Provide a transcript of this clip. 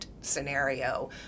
scenario